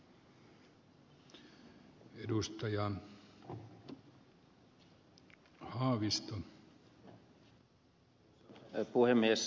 arvoisa puhemies